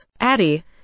Addie